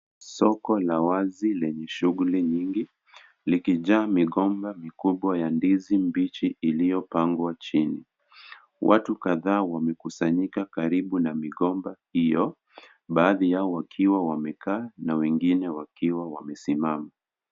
Soko la wazi lenye shughuli nyingi, likijaa migomba mikubwa ya ndizi mbichi iliyopangwa chini. Watu kadhaa wamekusanyika karibu na migomba hiyo, baadhi yao wakiwa wamekaa na wengine wakiwa wamesimama.